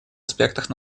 аспектах